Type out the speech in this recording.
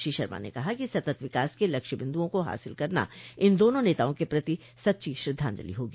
श्री शर्मा ने कहा कि सतत विकास के लक्ष्य बिन्दुओं को हासिल करना इन दोनों नेताओं के प्रति सच्ची श्रद्धांजलि होगी